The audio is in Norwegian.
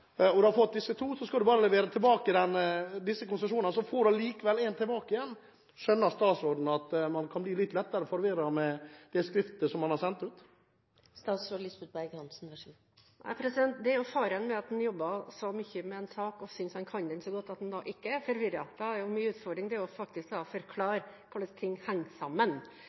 så skal du bare levere tilbake disse konsesjonene, men får likevel en tilbake igjen. Skjønner statsråden at man kan bli lettere forvirret med det skrivet som man har sendt ut? Det er jo faren ved at man jobber så mye med en sak og synes man kan den så godt, at en da ikke er forvirret. Da er min utfordring faktisk å forklare hvordan ting henger sammen.